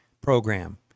program